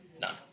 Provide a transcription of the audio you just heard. none